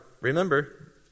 remember